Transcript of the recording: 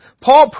Paul